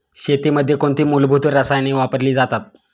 शेतीमध्ये कोणती मूलभूत रसायने वापरली जातात?